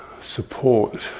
support